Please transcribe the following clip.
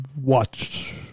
watch